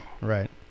right